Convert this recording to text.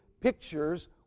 pictures